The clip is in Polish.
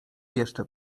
jeszcze